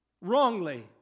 wrongly